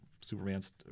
Superman's